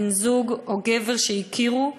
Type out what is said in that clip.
בן-זוג או גבר שהכירו,